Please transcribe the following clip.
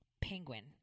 Penguin